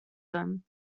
them